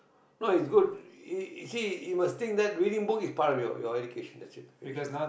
no it's good i~ i~ you see you must think that reading book is part of your your education that's it